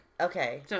Okay